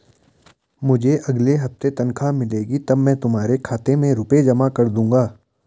मुझे अगले हफ्ते तनख्वाह मिलेगी तब मैं तुम्हारे खाते में रुपए जमा कर दूंगा